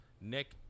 Nick